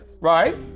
right